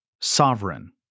sovereign